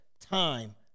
time